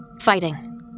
Fighting